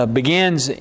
begins